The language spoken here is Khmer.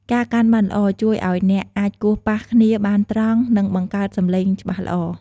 ការកាន់បានល្អ ជួយឲ្យអ្នកអាចគោះប៉ះគ្នាបានត្រង់ និងបង្កើតសំឡេងច្បាស់ល្អ។